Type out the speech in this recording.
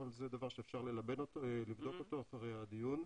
אבל זה דבר שאפשר לבדוק אותו אחרי הדיון.